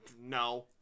no